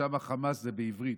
ושם "חמס" זה בעברית,